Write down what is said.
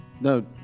No